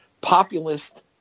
populist